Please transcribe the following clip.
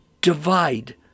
divide